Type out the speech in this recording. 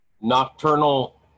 nocturnal